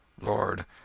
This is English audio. Lord